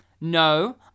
No